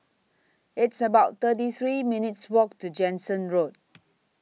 It's about thirty three minutes' Walk to Jansen Road